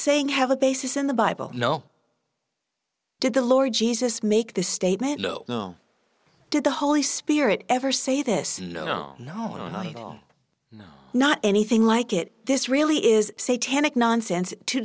saying have a basis in the bible no did the lord jesus make this statement lho did the holy spirit ever say this no no no you are not anything like it this really is say tanach nonsense to